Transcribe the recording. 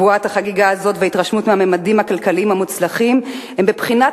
בועת החגיגה הזאת וההתרשמות מהמדדים הכלכליים המוצלחים הן בבחינת